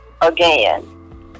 again